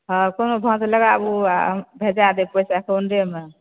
हँ कोनो भाँज लगाबूपैसा भेजा देब पैसा